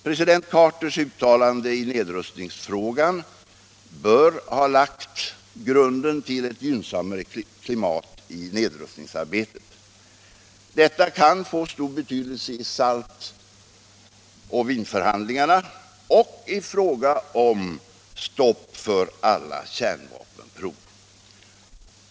President Carters uttalanden i nedrustningsfrågan bör ha lagt grunden till ett gynnsammare klimat i nedrustningsarbetet. Detta kan få stor betydelse i SALT och Wien-förhandlingarna och i fråga om stopp för alla kärnvapenprov.